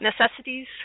necessities